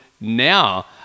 now